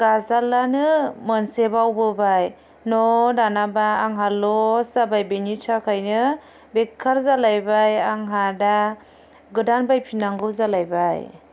गाजोलानो मोनसे बावबोबाय न दानाबा आंहा लस्ट जाबाय बिनि थाखायनो बेखार जालायबाय आंहा दा गोदान बायफिन नांगौ जालायबाय